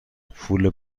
پول